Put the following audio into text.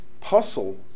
puzzle